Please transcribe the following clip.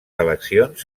eleccions